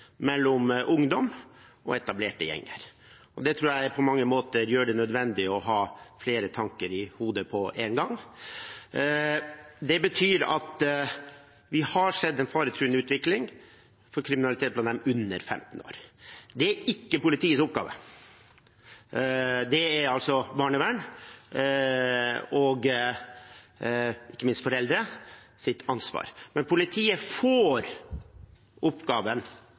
mellom ungdom og etablerte gjenger, og det tror jeg gjør det nødvendig å ha flere tanker i hodet på en gang. Det betyr at vi har sett en faretruende utvikling i kriminalitet blant dem under 15 år. Det er ikke politiets oppgave, det er barnevernets og ikke minst foreldrenes ansvar. Politiet får oppgaven